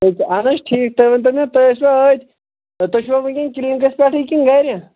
اَہَن حظ ٹھیٖک تُہۍ ؤنۍتَو مےٚ تُہۍ ٲسِو ٲدۍ تُہی چھِوا ؤنکیٚن کِلنٕکس پیٚٹھٕے کِنہٕ گرِ